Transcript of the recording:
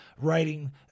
writing